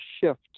shift